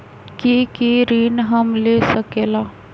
की की ऋण हम ले सकेला?